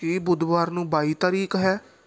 ਕੀ ਬੁੱਧਵਾਰ ਨੂੰ ਬਾਈ ਤਰੀਕ ਹੈ